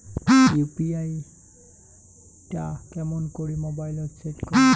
UPI টা কেমন করি মোবাইলত সেট করিম?